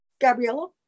Gabriella